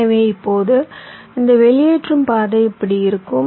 எனவே இப்போது இந்த வெளியேற்றும் பாதை இப்படி இருக்கும்